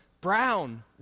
brown